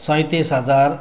सैँतिस हजार